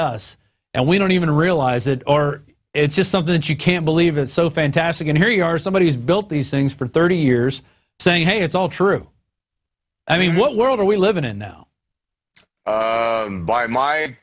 us and we don't even realize it or it's just something that you can't believe it's so fantastic and here you are somebody who's built these things for thirty years saying hey it's all true i mean what world are we living in now by my